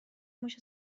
موش